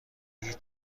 هیچ